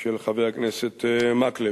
של חבר הכנסת מקלב.